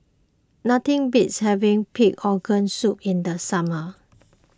nothing beats having Pig Organ Soup in the summer